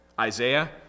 Isaiah